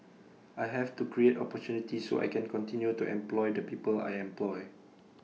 I have to create opportunity so I can continue to employ the people I employ